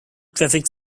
traffic